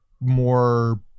more